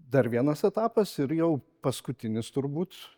dar vienas etapas ir jau paskutinis turbūt